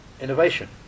innovation